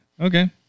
Okay